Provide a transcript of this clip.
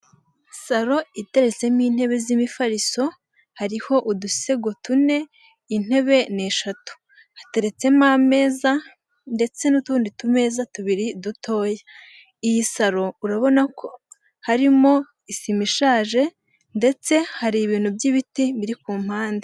Salo iteretsemo intebe z'imifariso, hariho udusego tune, intebe ni eshatu. Hateretsemo ameza ndetse n'utundi tumeza tubiri dutoya. Iyi salo, urabona ko harimo isima ishaje ndetse hari ibintu by'ibiti biri ku mpande.